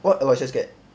what aloysius get